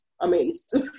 amazed